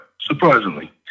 surprisingly